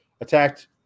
attacked